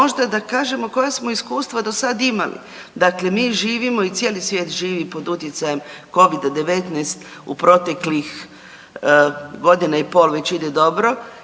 možda da kažemo koja smo iskustva do sada imali. Dakle, mi živimo i cijeli živi pod utjecajem Covida-19 u proteklih godina i pol već ide dobro,